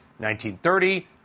1930